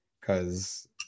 cause